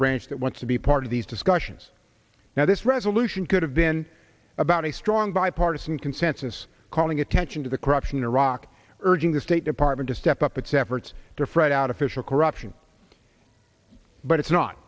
branch that wants to be part of these discussions now this resolution could have been about a strong bipartisan consensus calling attention to the corruption in iraq urging the state department to step up its efforts to fret out official corruption but it's not